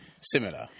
similar